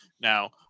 Now